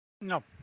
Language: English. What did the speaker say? No